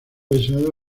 deseado